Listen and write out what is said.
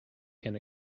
can